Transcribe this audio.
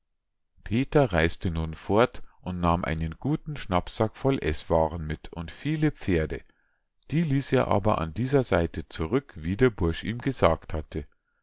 peter reis'te nun fort und nahm einen guten schnappsack voll eßwaaren mit und viele pferde die ließ er aber an dieser seite zurück wie der bursch ihm gesagt hatte